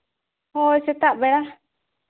ᱦᱳᱭ ᱥᱮᱛᱟᱜ ᱵᱮᱲᱟ